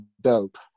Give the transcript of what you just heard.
dope